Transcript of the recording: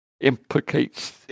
implicates